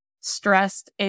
stressed